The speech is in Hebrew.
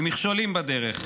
עם מכשולים בדרך,